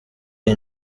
iyi